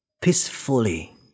peacefully